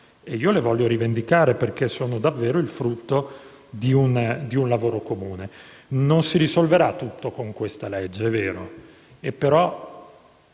Io le voglio rivendicare perché sono davvero il frutto di un lavoro comune. Non si risolverà tutto con questa legge: è vero.